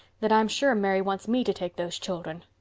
that i'm sure mary wants me to take those children.